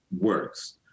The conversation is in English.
works